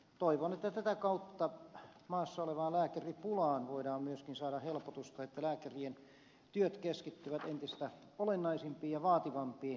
toivon että tätä kautta maassa olevaan lääkäripulaan voidaan myöskin saada helpotusta että lääkärien työt keskittyvät entistä olennaisempiin ja vaativampiin tehtäviin